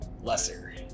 lesser